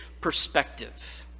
perspective